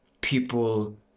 people